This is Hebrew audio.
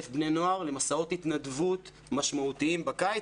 בני נוער למסעות התנדבות משמעותיים בקיץ,